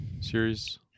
series